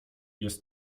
jest